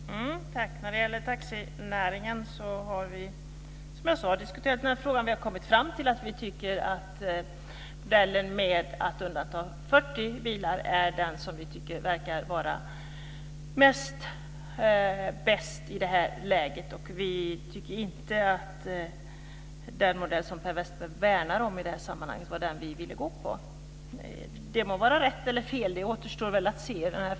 Herr talman! När det gäller taxinäringen har vi, som jag sade, diskuterat denna fråga. Vi har kommit fram till att modellen med att undanta 40 bilar är den som vi tycker verkar vara bäst i detta läge. Vi tycker inte att den modell som Per Westerberg värnar om i detta sammanhang var den bästa. Det må vara rätt eller fel. Det återstår väl att se.